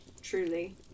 truly